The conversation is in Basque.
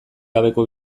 gabeko